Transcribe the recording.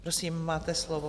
Prosím, máte slovo.